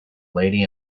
lady